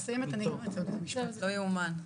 זה פשוט לא ייאמן.